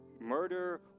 murder